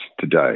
today